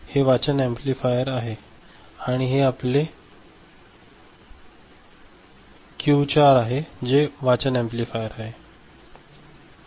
हे वाचन ऍम्प्लिफायर आहे आणि हे 14 आहे हे दुसरे वाचन ऍम्प्लिफायर आहे